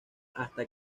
hasta